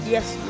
Yes